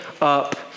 up